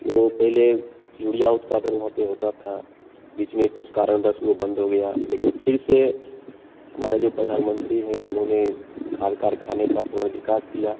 वो पहले यूरिया उत्पादन वहाँ पर होता था बीच में कुछ कारणवश वह बंद हो गया लेकिन फिर से हमारे जो प्रधानमंत्री हैं उन्होंने खाद कारख़ाने का पुनर्विकास किया